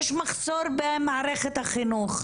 יש מחסור במערכת החינוך.